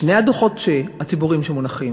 שני הדוחות הציבוריים שמונחים,